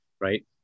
right